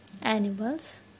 Animals